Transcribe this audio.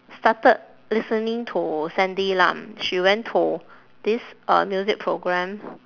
started listening to sandy lam she went to this uh music program